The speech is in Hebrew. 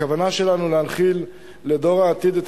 הכוונה שלנו היא להנחיל לדור העתיד את